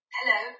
Hello